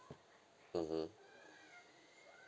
mmhmm